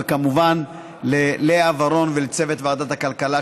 וכמובן ללאה ורון ולצוות ועדת הכלכלה,